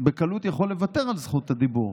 יכול בקלות לוותר על זכות הדיבור.